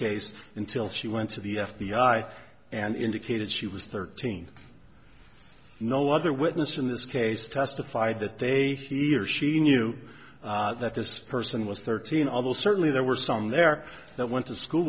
case until she went to the f b i and indicated she was thirteen no other witnessed in this case testified that they see or she knew that this person was thirteen although certainly there were some there that went to school